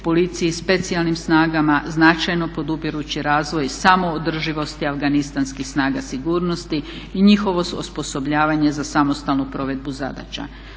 policiji, specijalnim snagama značajno podupirući razvoj samoodrživosti afganistanskih snaga sigurnosti i njihovo osposobljavanje za samostalnu provedbu zadaća.